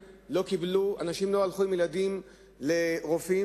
אנשים לא הלכו עם ילדים לרופאים.